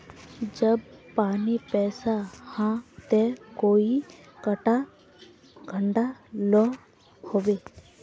जब पानी पैसा हाँ ते कई टका घंटा लो होबे?